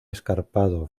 escarpado